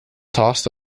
tossed